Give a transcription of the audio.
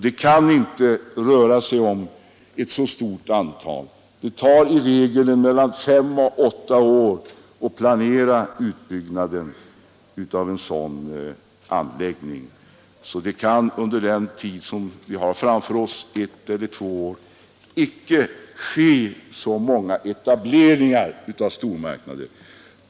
Det tar i regel mellan fem och åtta år att planera utbyggnaden av en sådan anläggning, så det kan under den aktuella tiden — de närmaste ett eller två åren — inte ske särskilt många etableringar av stormarknader.